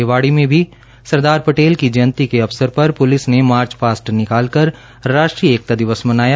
रेवाड़ी में भी सरदार पटेल की जयंती के अवरस पर पुलिस ने मार्य पास्ट निकालकर राष्ट्रीय एकता दिवस मनाया